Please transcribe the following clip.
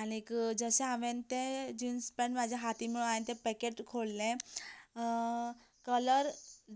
आनीक जशें हांवें तें जिन्स पँट म्हाज्या हातीन मेळोन हांवें तें पॅकेट खोल्लें कलर